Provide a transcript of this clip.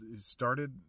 started